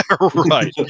Right